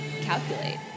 calculate